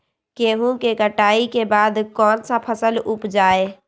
गेंहू के कटाई के बाद कौन सा फसल उप जाए?